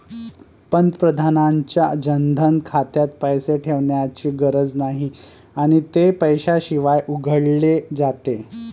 पंतप्रधानांच्या जनधन खात्यात पैसे ठेवण्याची गरज नाही आणि ते पैशाशिवाय उघडले जाते